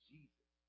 Jesus